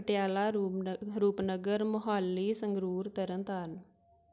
ਪਟਿਆਲਾ ਰੂਪਨ ਰੂਪਨਗਰ ਮੋਹਾਲੀ ਸੰਗਰੂਰ ਤਰਨ ਤਾਰਨ